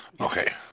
Okay